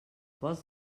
vols